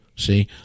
See